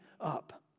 up